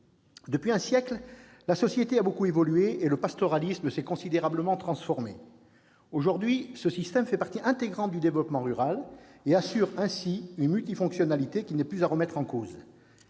Depuis un siècle, la société a beaucoup évolué et le pastoralisme s'est considérablement transformé. Aujourd'hui ce système fait partie intégrante du développement rural et assure ainsi une multifonctionnalité qui n'est plus à remettre en cause.